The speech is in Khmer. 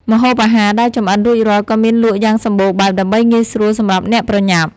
ម្ហូបអាហារដែលចម្អិនរួចរាល់ក៏មានលក់យ៉ាងសម្បូរបែបដើម្បីងាយស្រួលសម្រាប់អ្នកប្រញាប់។